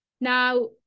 Now